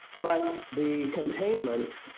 but the containment